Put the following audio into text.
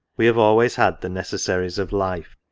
we have always had the necessaries of life.